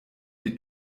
die